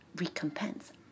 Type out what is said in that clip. recompense